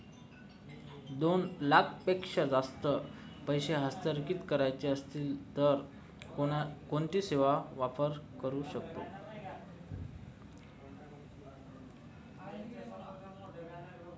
दोन लाखांपेक्षा जास्त पैसे हस्तांतरित करायचे असतील तर कोणती सेवा वापरू शकतो?